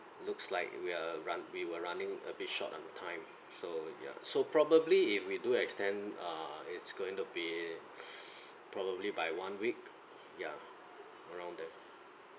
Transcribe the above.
looks like we are run we were running a bit short on time so ya so probably if we do extend err it's going to be probably by one week ya around there